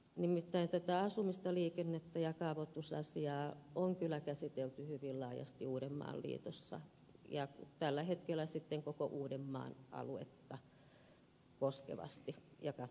nimittäin asumista liikennettä ja kaavoitusasiaa on kyllä käsitelty hyvin laajasti uudenmaan liitossa ja tällä hetkellä koko uudenmaan aluetta koskevasti ja kattavasti